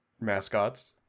mascots